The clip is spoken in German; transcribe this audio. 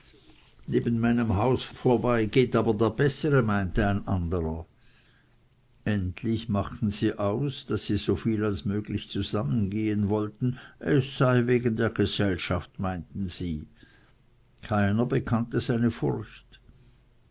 neben meinem hause vorbei geht aber der bessere meinte ein anderer endlich machten sie aus daß sie so viel als möglich zusammen gehen wollten es sei wegen der gesellschaft meinten sie keiner bekannte seine furcht